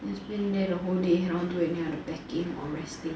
just spent there the whole day cannot do any other packing or resting